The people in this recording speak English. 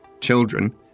children